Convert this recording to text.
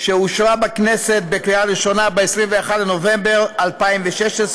שאושרה בכנסת בקריאה ראשונה ב-21 בנובמבר 2016,